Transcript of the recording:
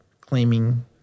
claiming